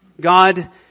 God